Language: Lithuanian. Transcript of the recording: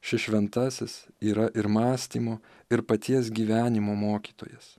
šis šventasis yra ir mąstymo ir paties gyvenimo mokytojas